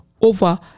over